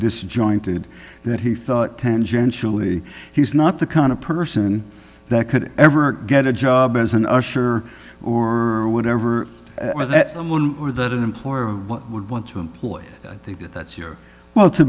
disjointed that he thought tangentially he's not the kind of person that could ever get a job as an usher or or whatever or that an employer would want to employ i think that's your well to